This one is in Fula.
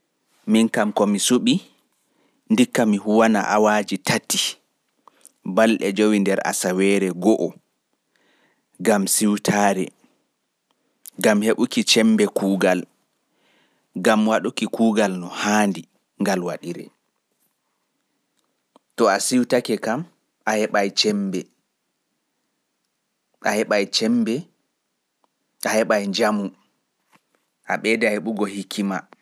Ndikka mi huwana awaaji tati (three hours), balɗe jowi nder asawere go'o gam siwtaare, heɓuki cemmbe kuugal e waɗuki kuugal no haani ngal waɗire.